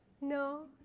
No